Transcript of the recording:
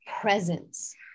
presence